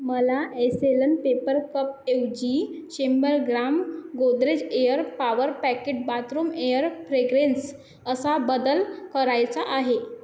मला S L N paper cup ऐवजी शंभर gram Godrej air power packet bathroom air fragrance असा बदल करायचा आहे